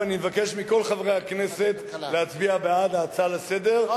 ואני מבקש מכל חברי הכנסת להצביע בעד ההצעה לסדר-היום